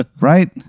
right